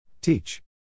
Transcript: Teach